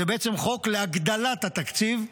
זה בעצם חוק להגדלת התקציב.